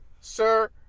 Sir